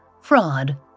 fraud